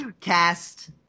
Cast